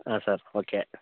ಹಾಂ sir okay